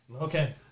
Okay